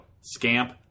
scamp